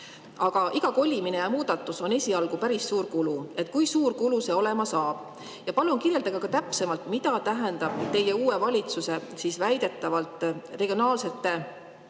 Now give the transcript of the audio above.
Aga iga kolimine ja muudatus on esialgu päris suur kulu. Kui suur kulu see olema saab? Palun kirjeldage täpsemalt, mida tähendab teie uue valitsuse väidetavalt regionaalsete